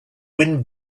wind